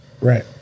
Right